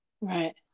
Right